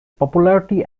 popularity